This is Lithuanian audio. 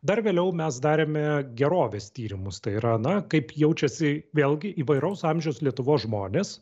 dar vėliau mes darėme gerovės tyrimus tai yra na kaip jaučiasi vėlgi įvairaus amžiaus lietuvos žmonės